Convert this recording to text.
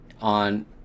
on